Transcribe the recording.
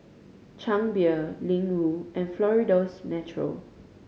Chang Beer Ling Wu and Florida's Natural